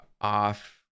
off